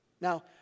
Now